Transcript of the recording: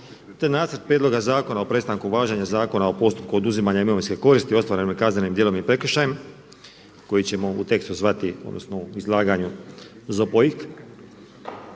te Nacrt prijedloga zakona o prestanku važenja Zakona o postupku oduzimanja imovinske koristi ostvarene kaznenim djelom i prekršajem koji ćemo u tekstu zvati, odnosno u izlaganju ZPOIK.